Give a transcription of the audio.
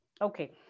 Okay